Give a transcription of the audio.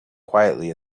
quietly